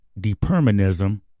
depermanism